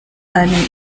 eine